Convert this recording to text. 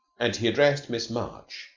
and he addressed miss march,